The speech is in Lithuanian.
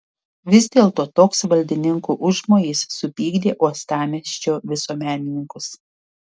vis dėlto toks valdininkų užmojis supykdė uostamiesčio visuomenininkus